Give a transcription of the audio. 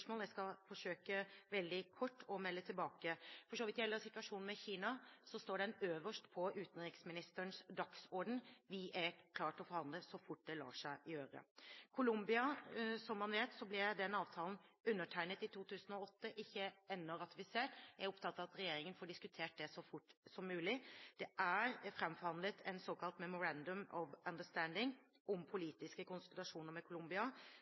Jeg skal forsøke veldig kort å melde tilbake. For så vidt gjelder situasjonen med Kina, står den øverst på utenriksministerens dagsorden. Vi er klare til å forhandle så fort det lar seg gjøre. Når det gjelder Colombia, ble avtalen, som man vet, undertegnet i 2008. Den er ikke ennå ratifisert. Jeg er opptatt av at regjeringen får diskutert det så fort som mulig. Det er framforhandlet en såkalt Memorandum of Understanding om politiske konsultasjoner med Colombia.